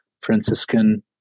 Franciscan